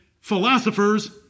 philosophers